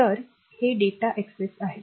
तर हे data access आहे